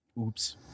oops